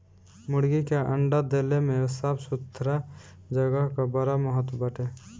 मुर्गी के अंडा देले में साफ़ सुथरा जगह कअ बड़ा महत्व बाटे